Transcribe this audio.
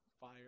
fire